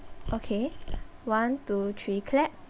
okay one two three clap